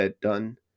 done